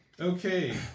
Okay